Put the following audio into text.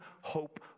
hope